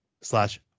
slash